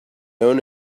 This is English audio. own